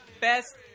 Best